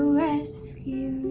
rescue